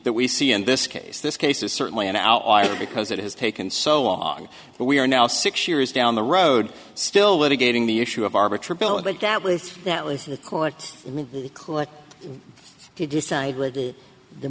that we see in this case this case is certainly an outlier because it has taken so long but we are now six years down the road still litigating the issue of arbitrary like that with that listen to collect click to decide r